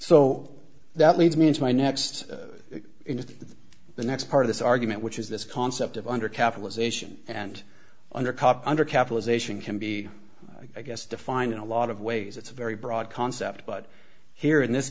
so that leads me into my next into the next part of this argument which is this concept of under capitalization and under cop under capitalization can be i guess defined in a lot of ways it's a very broad concept but here in this